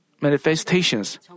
manifestations